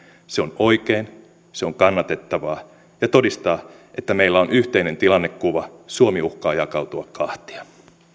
se on oikein se on kannatettavaa ja todistaa että meillä on yhteinen tilannekuva suomi uhkaa jakautua kahtia